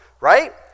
right